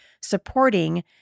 supporting